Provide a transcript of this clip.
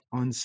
on